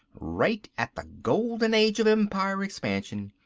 right at the golden age of empire expansion,